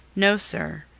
no, sir,